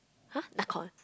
!huh! Nakhon